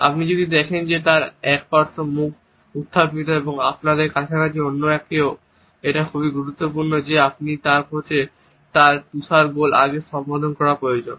আপনি যদি দেখেন যে একপার্শ্ব মুখ উত্থাপিত এবং আপনার কাছাকাছি অন্য কেউ এটা খুবই গুরুত্বপূর্ণ যে আপনি কিছু তার তুষারগোল আগে সম্বোধন করা প্রয়োজন